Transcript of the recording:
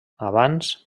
abans